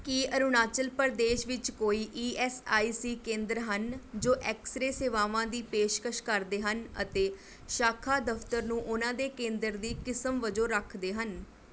ਕੀ ਅਰੁਣਾਚਲ ਪ੍ਰਦੇਸ਼ ਵਿੱਚ ਕੋਈ E S I C ਕੇਂਦਰ ਹਨ ਜੋ ਐਕਸਰੇ ਸੇਵਾਵਾਂ ਦੀ ਪੇਸ਼ਕਸ਼ ਕਰਦੇ ਹਨ ਅਤੇ ਸ਼ਾਖਾ ਦਫ਼ਤਰ ਨੂੰ ਉਹਨਾਂ ਦੇ ਕੇਂਦਰ ਦੀ ਕਿਸਮ ਵਜੋਂ ਰੱਖਦੇ ਹਨ